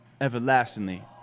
everlastingly